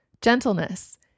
gentleness